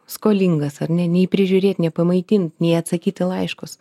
skolingas ar ne nei prižiūrėt nei pamaitint nei atsakyt į laiškus